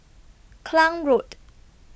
Klang Road